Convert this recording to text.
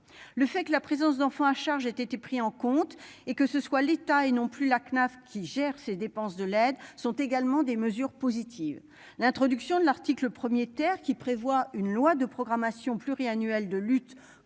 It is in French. Le fait que la présence d'enfants à charge ait été pris en compte et que ce soit l'état et non plus la CNAF qui gère ses dépenses de l'aide sont également des mesures positives. L'introduction de l'article 1er terre qui prévoit une loi de programmation pluriannuelle de lutte